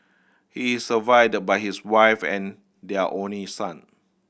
he is survived by his wife and their only son